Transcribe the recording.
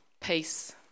peace